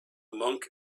monk